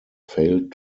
failed